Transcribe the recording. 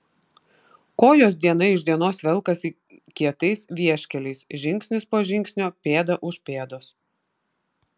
kojos diena iš dienos velkasi kietais vieškeliais žingsnis po žingsnio pėda už pėdos